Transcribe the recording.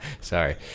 Sorry